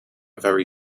very